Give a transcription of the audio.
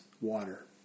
water